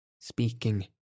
speaking